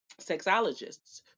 sexologists